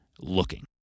looking